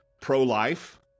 pro-life